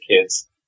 kids